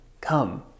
come